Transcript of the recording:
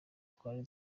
twari